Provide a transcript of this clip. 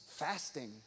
fasting